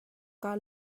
kaa